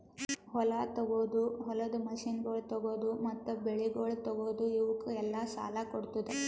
ಹೊಲ ತೊಗೋದು, ಹೊಲದ ಮಷೀನಗೊಳ್ ತೊಗೋದು, ಮತ್ತ ಬೆಳಿಗೊಳ್ ತೊಗೋದು, ಇವುಕ್ ಎಲ್ಲಾ ಸಾಲ ಕೊಡ್ತುದ್